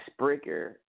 Spricker